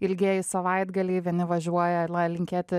ilgieji savaitgaliai vieni važiuoja linkėti